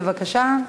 בבקשה,